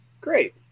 great